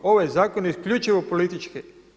Ovaj zakon je isključivo politički.